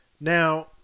Now